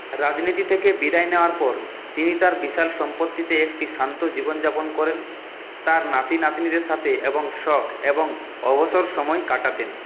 রাজনীতি থেকে বিদায় নেওয়ার পর তিনি তার বিশাল সম্পত্তিতে একটি শান্ত জীবনযাপন করেন তার নাতিনাতনিদের সাথে এবং শখ এবং অবসর সময় কাটাতেন